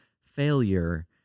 failure